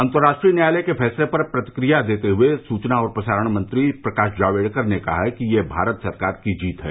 अंतर्राष्ट्रीय न्यायालय के फैसले पर प्रतिक्रिया देते हुए सूचना और प्रसारण मंत्री प्रकाश जावडेकर ने कहा कि यह भारत सरकार की जीत है